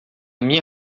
minha